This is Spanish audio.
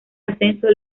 ascenso